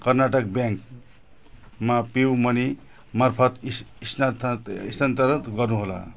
कर्नाटक ब्याङ्कमा PayU money मार्फत स्थानान्तर गर्नुहोला